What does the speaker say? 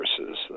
versus